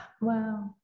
Wow